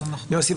יוסי,